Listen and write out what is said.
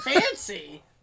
fancy